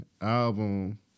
album